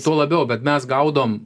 tuo labiau bet mes gaudom